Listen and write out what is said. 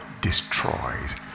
destroys